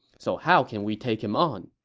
so how can we take him on?